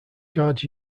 guards